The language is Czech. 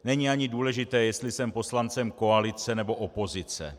Není ani důležité, jestli jsem poslancem koalice, nebo opozice.